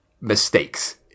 mistakes